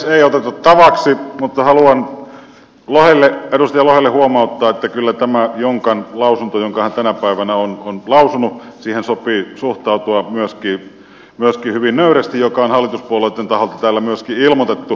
ei oteta tavaksi mutta haluan edustaja lohelle huomauttaa että kyllä tähän jonkan lausuntoon jonka hän tänä päivänä on lausunut sopii suhtautua myöskin hyvin nöyrästi mikä on hallituspuolueitten taholta täällä myöskin ilmoitettu